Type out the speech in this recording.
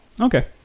Okay